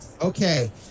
Okay